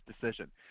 decision